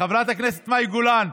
חברת הכנסת מאי גולן,